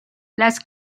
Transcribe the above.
las